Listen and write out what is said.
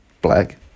black